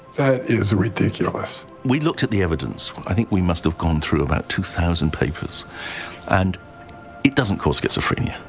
that is ridiculous. we looked at the evidence-i think we must have gone through about two thousand papers and it doesn't cause schizophrenia.